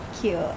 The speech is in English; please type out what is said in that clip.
Cute